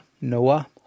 Noah